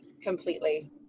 completely